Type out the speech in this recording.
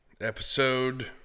episode